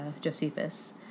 Josephus